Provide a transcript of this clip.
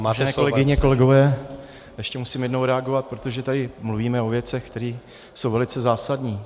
Vážené kolegyně, kolegové, ještě musím jednou reagovat, protože tady mluvíme o věcech, které jsou zásadní.